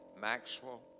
Maxwell